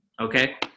Okay